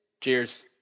Cheers